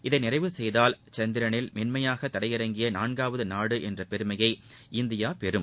இதை நிறைவு செய்தால் சந்திரனில் மென்மையாக தரையிறங்கிய நான்காவது நாடு என்ற பெருமையை இந்தியா பெறும்